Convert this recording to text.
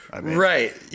Right